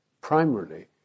primarily